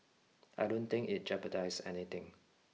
I don't think it jeopardizes anything